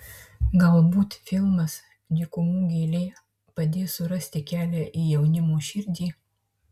galbūt filmas dykumų gėlė padės surasti kelią į jaunimo širdį